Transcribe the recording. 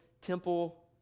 temple